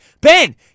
Ben